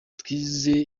twize